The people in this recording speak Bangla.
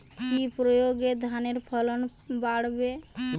কি প্রয়গে ধানের ফলন বাড়বে?